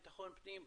בטחון פנים,